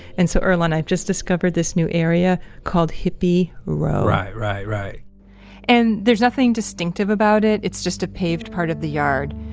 and so earlonne, i've just discovered this new area called hippy row right, right, right and there's nothing distinctive about it. it's just a paved part of the yard,